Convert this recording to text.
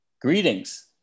Greetings